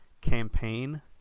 campaign